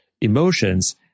emotions